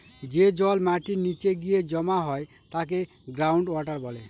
যে জল মাটির নীচে গিয়ে জমা হয় তাকে গ্রাউন্ড ওয়াটার বলে